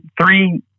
three